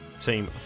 team